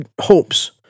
hopes